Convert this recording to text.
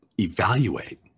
evaluate